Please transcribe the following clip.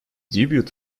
debut